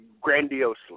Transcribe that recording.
grandiosely